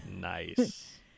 nice